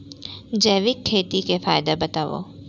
जैविक खेती के फायदा बतावा?